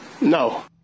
No